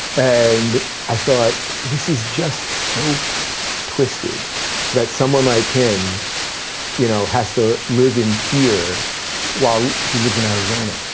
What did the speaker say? and i thought this is just so twisted that someone like him you know has to live in fear while he lives in arizona.